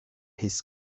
his